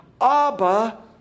Abba